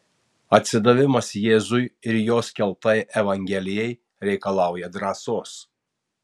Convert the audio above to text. atsidavimas jėzui ir jo skelbtai evangelijai reikalauja drąsos